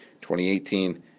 2018